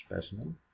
specimen